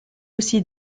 aussi